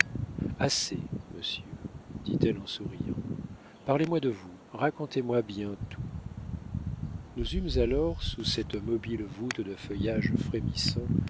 assez monsieur dit-elle en souriant parlez-moi de vous racontez-moi bien tout nous eûmes alors sous cette mobile voûte de feuillages frémissants